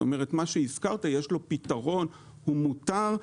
כלומר, מה שהזכרת יש לו פתרון, הוא מותר.